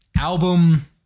album